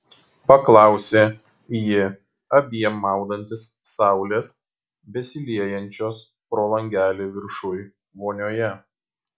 paklausė ji abiem maudantis saulės besiliejančios pro langelį viršuj vonioje